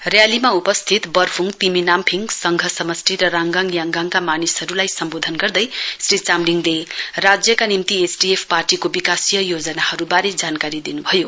र्यालीमा उपस्थित बर्फुङ तिमी नाम्फिङ संघ समष्टचि र राङगाङ याङगाङका मानिसहरूलाई सम्बोधन गर्दै श्री चामलिङ राज्यका निम्ति एसडीएफ पार्टीको विकाशीय योजनाहरूबारे जानकारी दिन्भयो